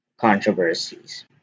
controversies